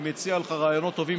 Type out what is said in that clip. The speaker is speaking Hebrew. אני מציע לך לבוא עם רעיונות טובים.